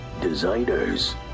designers